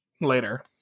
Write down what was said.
later